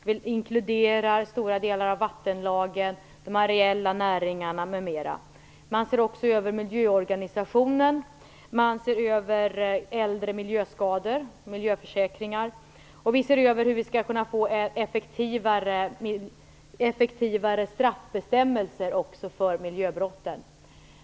Vi inkluderar stora delar av vattenlagen, de areella näringarna m.m. Man ser också över miljöorganisationen, äldre miljöskador och miljöförsäkringar. Vi ser över hur vi skall kunna få effektivare straffbestämmelser för miljöbrotten.